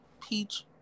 Peach